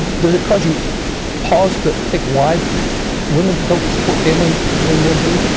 did it cause you pause to think why women don't support gambling the way men do?